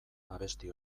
abesti